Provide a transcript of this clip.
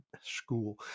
school